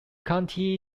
county